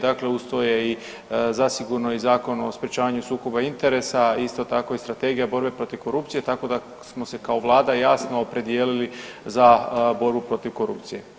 Dakle, uz to je zasigurno i Zakon o sprječavanju sukoba interesa, isto tako i Strategija borbe protiv korupcije, tako da smo se kao Vlada jasno opredijelili za borbu protiv korupcije.